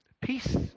peace